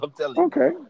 Okay